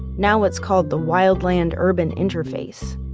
now what's called the wildland urban interface.